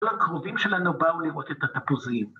הקרובים שלנו באו לראות את התפוזים